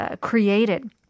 created